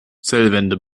zellwände